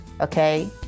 okay